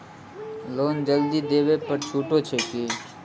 Loan जल्दी देबै पर छुटो छैक की?